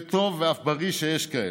וטוב ואף בריא שיש כאלה,